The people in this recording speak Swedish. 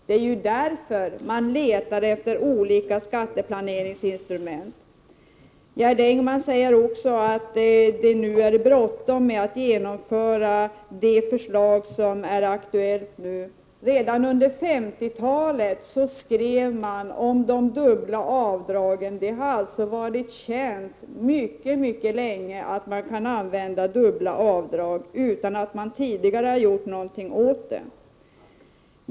Det är därför man letar efter olika skatteplaneringsinstrument. Gerd Engman säger också att det nu är bråttom att genomföra det aktuella förslaget. Redan under 50-talet skrevs det om de dubbla avdragen. Det har alltså varit känt mycket länge att man kan använda dubbla avdrag, utan att det tidigare har gjorts någonting åt det.